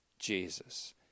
Jesus